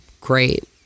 great